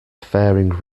faring